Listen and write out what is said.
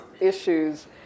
issues